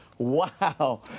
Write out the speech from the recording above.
Wow